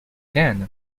then